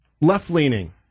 left-leaning